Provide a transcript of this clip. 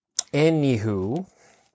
anywho